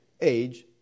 age